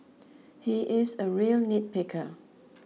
he is a real nitpicker